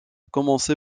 commencé